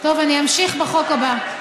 טוב, אני אמשיך בחוק הבא.